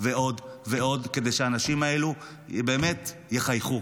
ועוד ועוד כדי שהאנשים האלו באמת יחייכו.